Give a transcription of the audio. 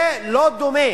זה לא דומה